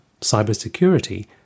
Cybersecurity